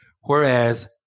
Whereas